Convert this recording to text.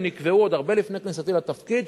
הם נקבעו עוד הרבה לפני כניסתי לתפקיד,